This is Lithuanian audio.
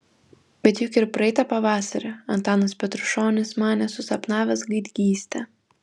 bet juk ir praeitą pavasarį antanas petrušonis manė susapnavęs gaidgystę